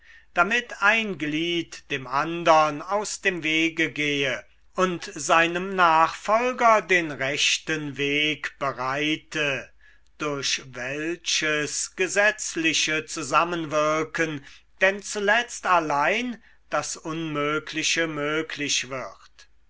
damit ein glied dem andern aus dem wege gehe und seinem nachfolger den rechten weg bereite durch welches gesetzliche zusammenwirken denn zuletzt allein das unmögliche möglich wird